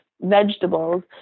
vegetables